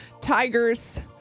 Tigers